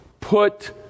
put